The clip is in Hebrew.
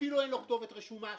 אפילו אין לו כתובת רשומה שם.